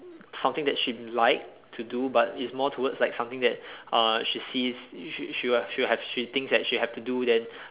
something that she like to do but it's more towards like something that uh she sees she she will she will have she thinks that she will have to do then